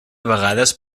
vegades